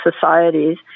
societies